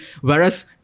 Whereas